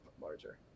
larger